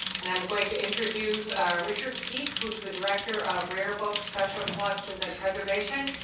and i'm going to introduce richard peek, who's the director of rare books, special collections, and preservation,